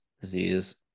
disease